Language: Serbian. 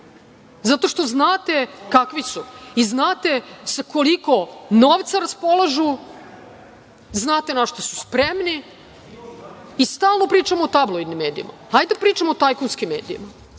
zato što znate kakvi su i znate sa koliko novca raspolažu, znate na šta su spremni. Stalno pričamo o tabloidnim medijima. Hajde da pričamo o tajkunskim medijima.